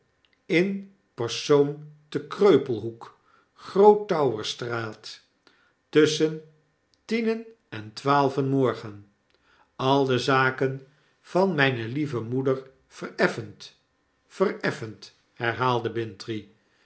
in persoon te kreupelhoek gro o teto w erstraat tussehen tienen en twaalven morgen al de zaken van myne lieve moeder vereffend vereffend herhaalde